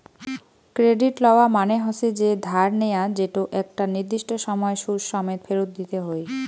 credit লওয়া মানে হসে যে ধার নেয়া যেতো একটা নির্দিষ্ট সময় সুদ সমেত ফেরত দিতে হই